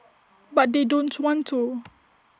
but they don't want to